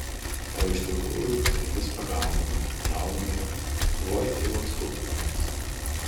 o iš tikrųjų tai vis pagaudavo jaunojo vojtylos kuklumas